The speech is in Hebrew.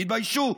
תתביישו.